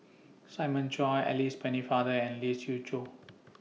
Simon Chua Alice Pennefather and Lee Siew Choh